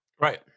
Right